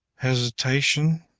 hesitation,